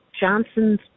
Johnson's